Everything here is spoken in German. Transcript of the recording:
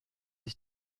sich